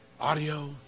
audio